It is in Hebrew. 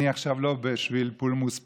אני עכשיו לא בשביל פולמוס פה,